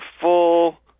full